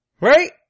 right